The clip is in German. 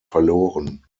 verloren